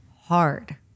hard